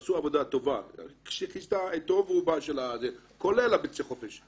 עשו עבודה טובה שכיסתה את התחום כולל ביצי חופש.